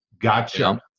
Gotcha